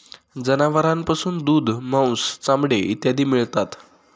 जनावरांपासून दूध, मांस, चामडे इत्यादी मिळतात